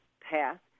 path